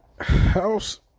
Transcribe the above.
House